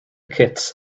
kits